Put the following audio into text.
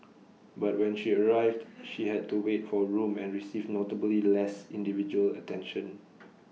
but when she arrived she had to wait for A room and received notably less individual attention